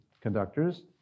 conductors